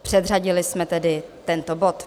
Předřadili jsme tedy tento bod.